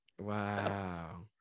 Wow